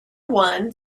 one